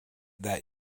that